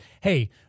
hey